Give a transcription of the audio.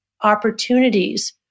opportunities